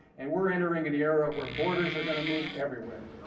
and we're entering an era where borders are going to move everywhere.